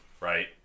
right